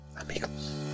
Amigos